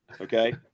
Okay